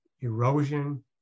erosion